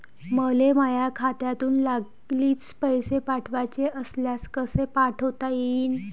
मले माह्या खात्यातून लागलीच पैसे पाठवाचे असल्यास कसे पाठोता यीन?